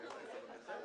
בעד